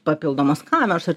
papildomos kameros ir